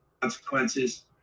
Consequences